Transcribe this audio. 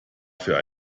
für